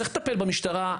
צריך לטפל במשטרה.